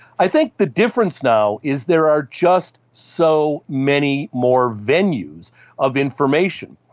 i think the difference now is there are just so many more venues of information.